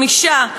חמישה,